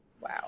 Wow